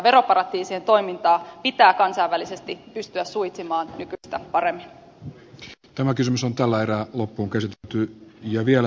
veroparatiisien toimintaa pitää kansainvälisesti pystyä suitsimaan nykyistä paremmin jos tämä kysymys on tällä erää loppuun kyse työ ja vielä